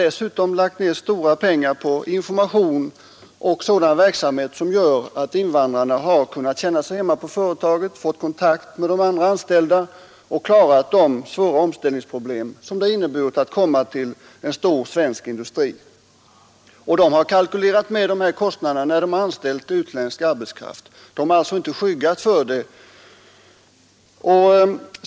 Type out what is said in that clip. Dessutom har man lagt ned stora pengar på information och sådan verksamhet som gör att invandrarna har kunnat känna sig hemma på företaget, få kontakter med de andra anställda och klara de svåra omställningsproblem som det inneburit att komma till en stor svensk industri. Dessa företag har kalkylerat med de här kostnaderna när de har anställt utländsk arbetskraft och har alltså inte skyggat för dem.